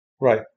Right